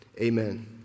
Amen